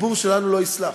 הציבור שלנו לא יסלח.